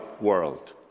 world